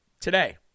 today